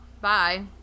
bye